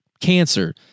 cancer